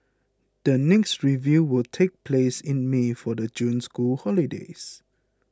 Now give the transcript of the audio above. the next review will take place in May for the June school holidays